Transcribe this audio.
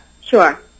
Sure